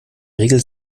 regel